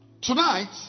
Tonight